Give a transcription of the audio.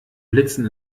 blitzen